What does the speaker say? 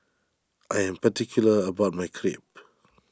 I am particular about my Crepe